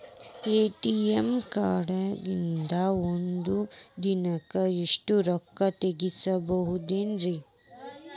ATM ಕಾರ್ಡ್ನ್ಯಾಗಿನ್ದ್ ಒಂದ್ ದಿನಕ್ಕ್ ಎಷ್ಟ ರೊಕ್ಕಾ ತೆಗಸ್ಬೋದ್ರಿ?